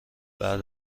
بعد